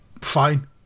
Fine